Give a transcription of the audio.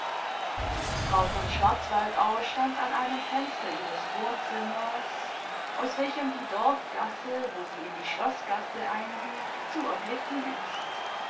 frau von schwarzwaldau stand an einem fenster ihres wohnzimmers aus welchem die dorfgasse wo sie in die schloßgasse einbiegt zu erblicken ist